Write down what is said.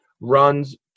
runs